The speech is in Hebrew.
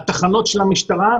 התחנות של המשטרה,